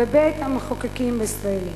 בבית-המחוקקים הישראלי.